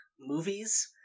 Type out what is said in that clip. movies